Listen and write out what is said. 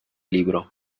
libro